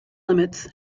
limits